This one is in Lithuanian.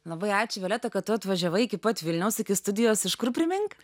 labai ačiū violeta kad tu atvažiavai iki pat vilniaus iki studijos iš kur primink